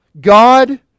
God